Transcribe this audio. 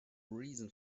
reason